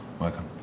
Welcome